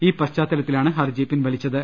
ഈ പശ്ചാ ത്തലത്തിലാണ് ഹർജി പിൻവലിച്ചത്